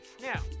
Now